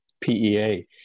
PEA